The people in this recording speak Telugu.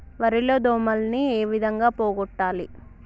వరి లో దోమలని ఏ విధంగా పోగొట్టాలి?